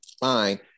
Fine